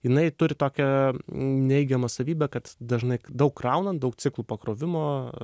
jinai turi tokią neigiamą savybę kad dažnai daug kraunant daug ciklų pakrovimo